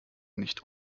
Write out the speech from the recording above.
nicht